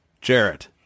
Jarrett